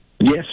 Yes